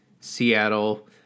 Seattle